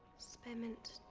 spearmint